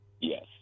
Yes